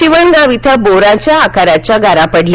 शिवणगाव इथं बोराच्या आकाराच्या गारा पडल्या